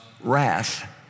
wrath